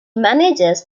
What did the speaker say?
manages